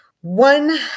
one